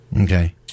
Okay